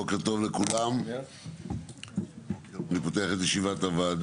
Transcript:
בוקר טוב לכולם, אני מתכבד לפתוח את ישיבת הוועדה.